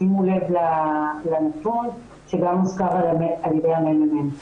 שימו לנתון שגם הוזכר על ידי הממ"מ.